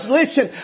listen